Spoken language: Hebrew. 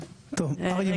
אריה מונק,